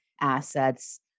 assets